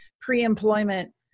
pre-employment